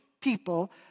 people